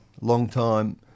long-time